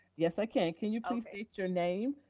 yes, i can, can you please state your name,